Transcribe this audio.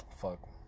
Fuck